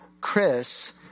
Chris